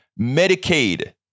Medicaid